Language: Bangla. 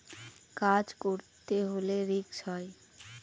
কাজ করতে হলে রিস্ক হয়